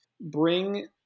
Bring